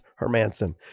Hermanson